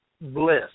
bliss